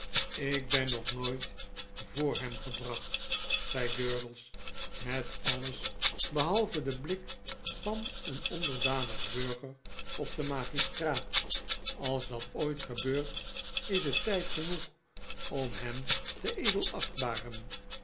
ik ben nog nooit voor hem gebracht zei durdels met alles behalve den blik van een onderdanig burger op den magistraat als dat ooit gebeurt is het tyd genoeg om hem te edelachtbaren